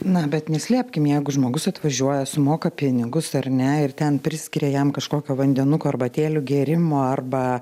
na bet neslėpkim jeigu žmogus atvažiuoja sumoka pinigus ar ne ir ten priskiria jam kažkokio vandenuko arbatėlių gėrimo arba